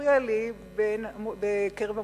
תפריע לי בקרב המוסלמים.